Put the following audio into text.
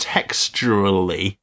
Texturally